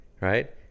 right